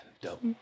Dope